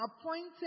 appointed